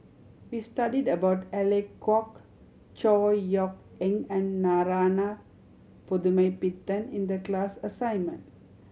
we studied about Alec Kuok Chor Yeok Eng and Narana Putumaippittan in the class assignment